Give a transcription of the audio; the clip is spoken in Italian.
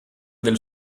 del